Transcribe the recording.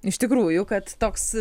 iš tikrųjų kad toks